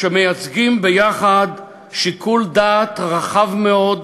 שמייצגים יחד שיקול דעת רחב מאוד,